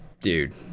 Dude